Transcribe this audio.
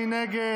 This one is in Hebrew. מי נגד?